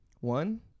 One